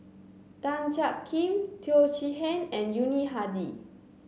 Tan Jiak Kim Teo Chee Hean and Yuni Hadi